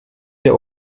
der